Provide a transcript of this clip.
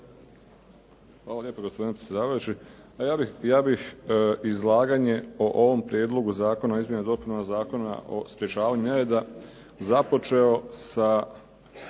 Hvala lijepo gospodine predsjedavajući. Pa ja bih izlaganje o ovom Prijedlogu zakona o izmjenama i dopunama Zakona o sprječavanju nereda započeo sa